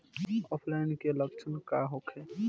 ऑफलाइनके लक्षण का होखे?